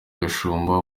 gashumba